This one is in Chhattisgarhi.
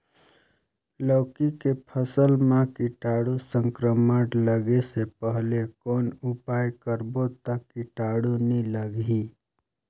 लौकी के फसल मां कीटाणु संक्रमण लगे से पहले कौन उपाय करबो ता कीटाणु नी लगही?